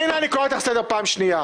פנינה, אני קורא אותך לסדר פעם שנייה.